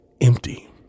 empty